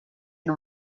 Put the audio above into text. and